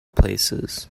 places